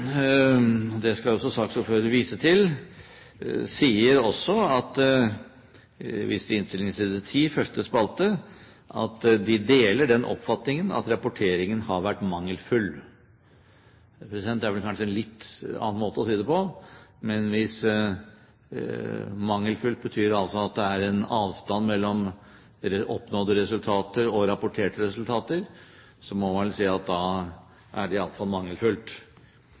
det skal også saksordfører vise til, sier også – jeg viser til innstillingen, side 10, første spalte – at de «deler oppfatningen av at rapporteringen har vært mangelfull». Det er vel kanskje en litt annen måte å si det på, men hvis «mangelfull» betyr at det er en avstand mellom oppnådde resultater og rapporterte resultater, må man vel si at det er mangelfullt. Det